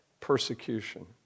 persecution